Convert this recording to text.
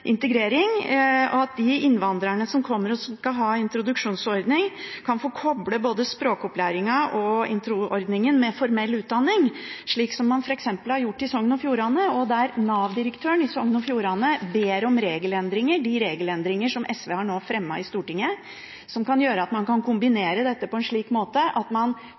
integrering, og at de innvandrerne som kommer og skal ha introduksjonsordning, kan få koble både språkopplæringen og introordningen med formell utdanning, slik som man f.eks. har gjort i Sogn og Fjordane, der Nav-direktøren i Sogn og Fjordane ber om regelendringer, de regelendringene som SV har fremmet i Stortinget, og som gjør at man kan kombinere dette på en slik måte at man